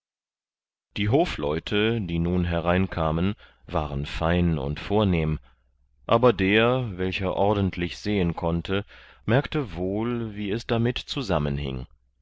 die hofleute die nun hereinkamen waren fein und vornehm aber der welcher ordentlich sehen konnte merkte wohl wie es damit zusammenhing